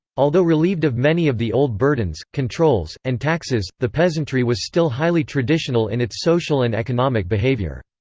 although relieved of many of the old burdens, controls, and taxes, the peasantry was still highly traditional in its social and economic behavior.